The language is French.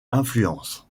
influence